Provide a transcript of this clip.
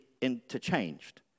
interchanged